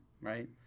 right